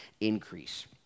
increase